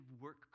work